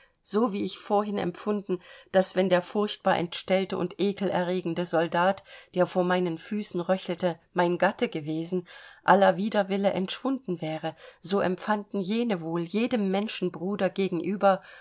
so wie ich vorhin empfunden daß wenn der furchtbar entstellte und ekelerregende soldat der vor meinen füßen röchelte mein gatte gewesen aller widerwille entschwunden wäre so empfanden jene wohl jedem menschenbruder gegenüber